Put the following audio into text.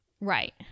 right